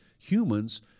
humans